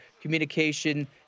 communication